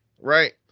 right